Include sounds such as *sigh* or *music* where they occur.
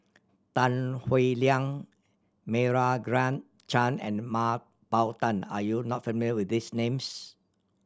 Tan Howe Liang Meira *unintelligible* Chand and Mah Bow Tan are you not familiar with these names